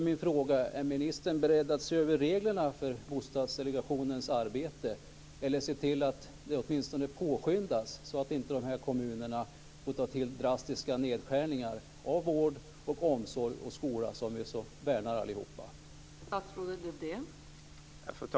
Min fråga är om ministern är beredd att se över reglerna för Bostadsdelegationens arbete eller se till att det åtminstone påskyndas så att de här kommunerna inte behöver ta till drastiska nedskärningar inom vård, omsorg och skola som vi allihop värnar.